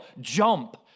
jump